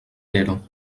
tero